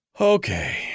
Okay